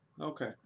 okay